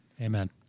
amen